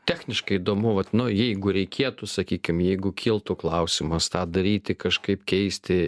techniškai įdomu vat nu jeigu reikėtų sakykim jeigu kiltų klausimas tą daryti kažkaip keisti